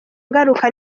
ngaruka